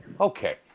Okay